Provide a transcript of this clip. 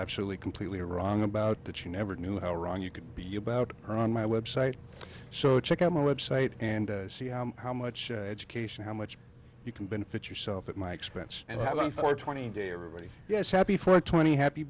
actually completely wrong about that you never knew how wrong you could be about her on my website so check out my website and see how how much education how much you can benefit yourself at my expense and have been for twenty days everybody yes happy for twenty happy